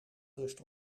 rust